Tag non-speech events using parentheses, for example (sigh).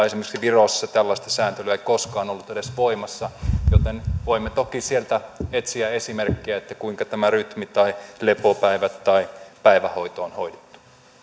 (unintelligible) esimerkiksi virosta missä tällaista sääntelyä ei koskaan ollut edes voimassa joten voimme toki sieltä etsiä esimerkkiä kuinka tämä rytmi tai lepopäivät tai päivähoito on hoidettu